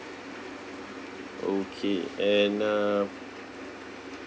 okay and uh